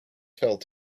felt